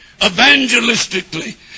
evangelistically